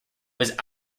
was